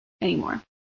anymore